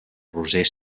roser